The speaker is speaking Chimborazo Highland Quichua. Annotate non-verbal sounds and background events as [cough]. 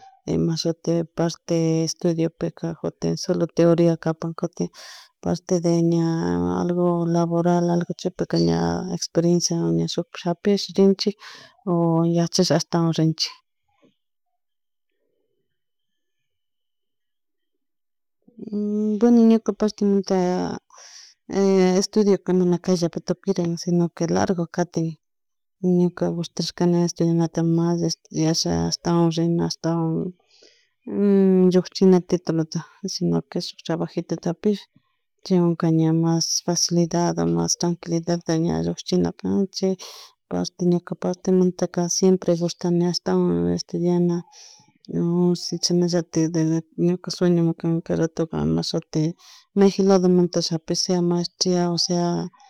Ima shuti parte estudiopika kutin solo teoria kapan kutin parte de ña algo algo laboral chaypica ña experencia shukpi japish rinchik oh yachash ashtawan rinchik, [hesitation] y bueno ñuka partemunta [hesitation] estudio mana kayllapi tukurin si no largo kantin ñuka gushtashkani estudiana mas estudiasha ashtawan rina astawan llukchini tituluta si no que shuk trabajitita japishpa chaywan mas facilidad o mas tranquilidadta ña shukchina can chay parte ñuka partemantaka siempre gushtani ashwan estudiana oh si chashnallatik, ñuka sueñomi kay rato may shiti mayjin ladomunta japish sea maestria o sea